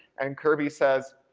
and kirby says,